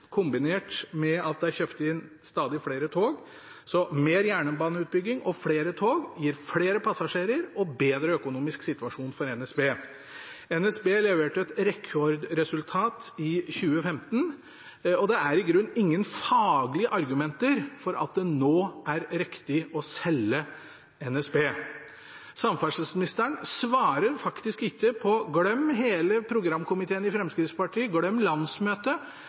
kombinert med at det er kjøpt inn stadig flere tog. Mer jernbaneutbygging og flere tog gir flere passasjerer og en bedre økonomisk situasjon for NSB. NSB leverte et rekordresultat i 2015, og det er i grunnen ingen faglige argumenter for at det nå er riktig å selge NSB. Samferdselsministeren svarer ikke – glem hele programkomiteen i Fremskrittspartiet, glem landsmøtet,